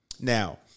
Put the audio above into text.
Now